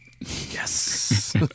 Yes